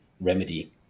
remedy